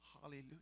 Hallelujah